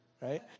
right